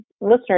listeners